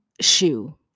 shoe